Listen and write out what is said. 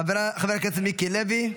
חבר הכנסת מיקי לוי,